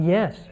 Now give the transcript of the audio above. Yes